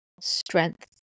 strength